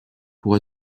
pour